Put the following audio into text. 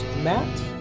Matt